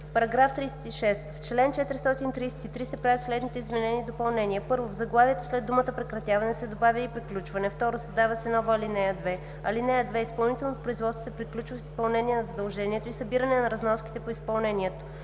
§ 36: „§ 36. В чл. 433 се правят следните изменения и допълнения: 1. В заглавието след думата „прекратяване“ се добавя „и приключване“. 2. Създава се нова ал. 2: „(2) Изпълнителното производство се приключва с изпълнение на задължението и събиране на разноските по изпълнението.“